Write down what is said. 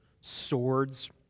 swords